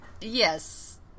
Yes